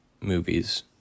movies